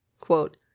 Quote